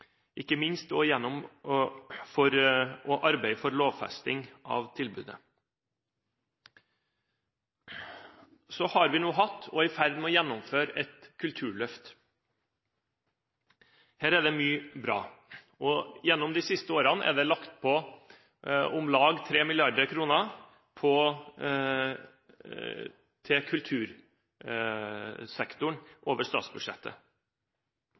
ikke minst gjennom å arbeide for lovfesting av tilbudet. Så har vi hatt og er i ferd med å gjennomføre et kulturløft. Her er det mye bra, og gjennom de siste årene er det lagt på om lag 3 mrd. kr til kultursektoren over statsbudsjettet.